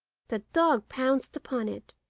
the dog pounced upon it,